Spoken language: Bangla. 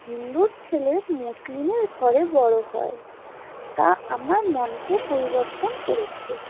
হিন্দুর ছেলে মুসলিমের ঘরে বড়ো হয় তা আমার মনকে পরিবর্তন করেছে